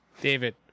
David